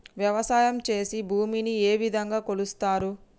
వ్యవసాయం చేసి భూమిని ఏ విధంగా కొలుస్తారు?